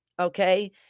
okay